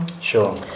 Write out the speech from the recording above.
Sure